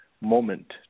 moment